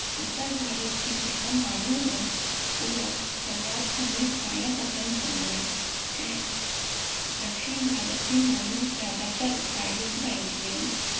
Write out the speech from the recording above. उत्तर भारत जी जेका माइयूं आहिनि उहे सलवार कमीज़ पाइण पसंदि कंदी आहिनि ऐं दक्षिण भारत जी माइयूं ज़्यादातर साड़ियूं बि पाईंदी आहिनि